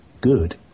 good